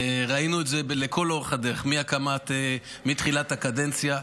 ראינו את זה לכל אורך הדרך מתחילת הקדנציה,